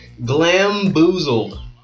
Glamboozled